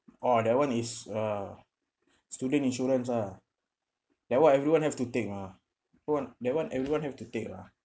orh that one is uh student insurance ah that one everyone have to take lah everyone that one everyone have to take lah